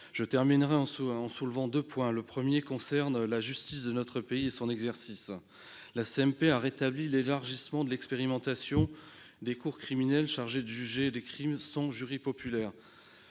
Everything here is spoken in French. Je terminerai en soulevant deux points. Le premier concerne la justice de notre pays et son exercice. La commission mixte paritaire a rétabli l'élargissement de l'expérimentation des cours criminelles chargées de juger des crimes sans jury populaire,